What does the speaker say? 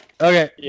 Okay